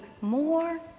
more